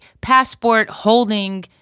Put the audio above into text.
passport-holding